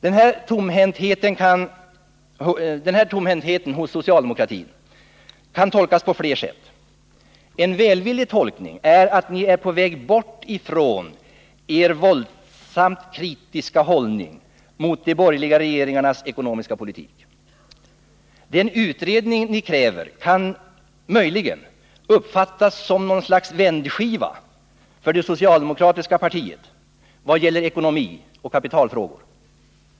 Den här tomhäntheten hos socialdemokratin kan tolkas på flera sätt. En välvillig tolkning är att ni är på väg bort ifrån er våldsamt kritiska hållning mot de borgerliga regeringarnas ekonomiska politik. Den utredning ni kräver kan möjligen uppfattas som något slags vändskiva för det socialdemokratiska partiet vad gäller ekonomi och kapitalfrågor.